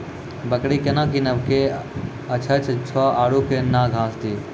बकरी केना कीनब केअचछ छ औरू के न घास दी?